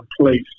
place